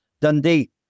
Dundee